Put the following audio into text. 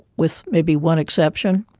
with maybe one exception.